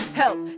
help